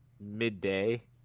midday